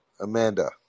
Amanda